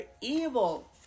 evil